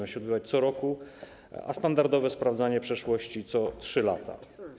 Ma się odbywać co roku, a standardowe sprawozdanie przeszłości - co 3 lata.